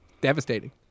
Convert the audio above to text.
Devastating